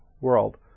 world